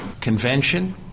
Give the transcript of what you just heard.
convention